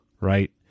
Right